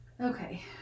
Okay